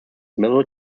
middle